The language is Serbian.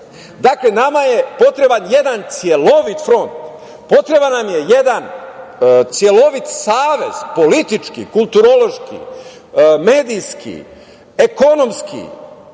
sveta. Nama je potreban jedan celovit front, potreban nam je jedan celovit savez, politički, kulturološki, medijski, ekonomski,